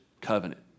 covenant